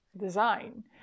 design